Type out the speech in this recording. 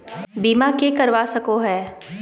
बीमा के करवा सको है?